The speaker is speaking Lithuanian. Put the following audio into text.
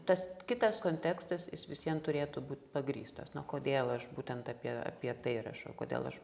tas kitas kontekstas vis vien turėtų būti pagrįstas nu kodėl aš būtent apie apie tai rašau kodėl aš